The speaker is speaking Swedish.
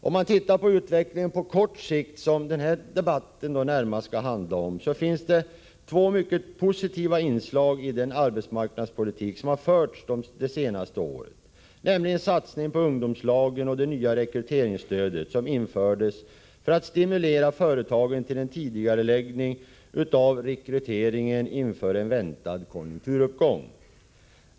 Om man tittar på utvecklingen på kort sikt, alltså det som den här debatten närmast skall handla om, så finner man två mycket positiva inslag i den arbetsmarknadspolitik som har förts det senaste året, nämligen satsningen på ungdomslagen och det nya rekryteringsstöd som infördes för att stimulera företagen till en tidigareläggning av rekryteringen inför en väntad konjunkturuppgång.